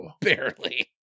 Barely